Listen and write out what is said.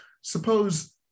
suppose